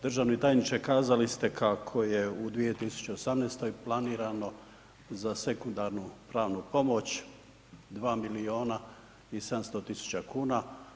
Državni tajniče, kazali ste kako je u 2018. planirano za sekundarnu pravnu pomoć 2 milijuna i 700 tisuća kuna.